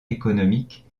économique